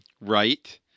Right